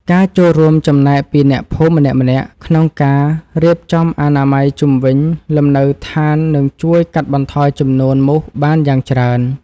ការចូលរួមចំណែកពីអ្នកភូមិម្នាក់ៗក្នុងការរៀបចំអនាម័យជុំវិញលំនៅដ្ឋាននឹងជួយកាត់បន្ថយចំនួនមូសបានយ៉ាងច្រើន។